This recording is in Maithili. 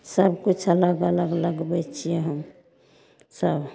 सब किछु अलग अलग लगबैत छियै हम सब